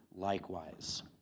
Likewise